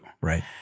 right